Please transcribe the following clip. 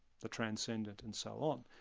the transcendent and so on.